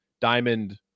diamond